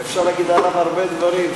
ואפשר להגיד עליו הרבה דברים,